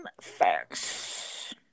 facts